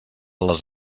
les